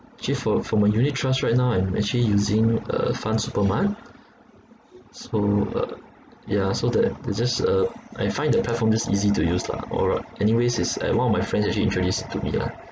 actually for for my unit trust right now I'm actually using uh fundsupermart so uh yeah so that it just uh I find the platform just easy to use lah or uh anyways is uh one of my friends actually introduced to me lah